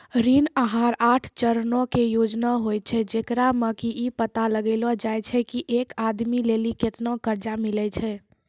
ऋण आहार आठ चरणो के योजना होय छै, जेकरा मे कि इ पता लगैलो जाय छै की एक आदमी लेली केतना कर्जा मिलै छै